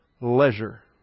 leisure